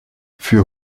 für